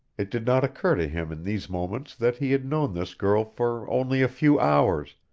it did not occur to him in these moments that he had known this girl for only a few hours,